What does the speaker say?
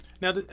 Now